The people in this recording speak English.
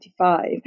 1995